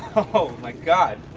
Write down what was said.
oh my god,